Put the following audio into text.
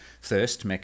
thirst